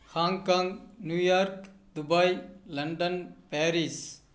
Hong Kong New York Dubai London Paris